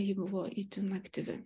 ji buvo itin aktyvi